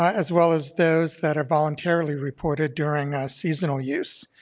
as well as those that are voluntarily reported during seasonal use.